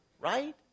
right